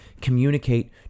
communicate